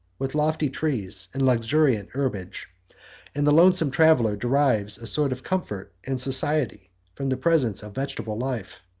with lofty trees and luxuriant herbage and the lonesome traveller derives a sort of comfort and society from the presence of vegetable life.